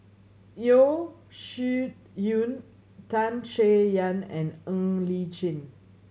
Yeo Shih Yun Tan Chay Yan and Ng Li Chin